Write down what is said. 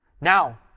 Now